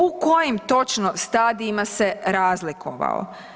U kojim točno stadijima se razlikovao?